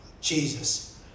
Jesus